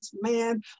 man